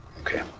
Okay